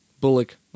Bullock